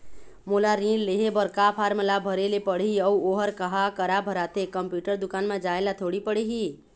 मोला ऋण लेहे बर का फार्म ला भरे ले पड़ही अऊ ओहर कहा करा भराथे, कंप्यूटर दुकान मा जाए ला थोड़ी पड़ही?